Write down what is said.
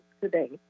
today